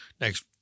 Next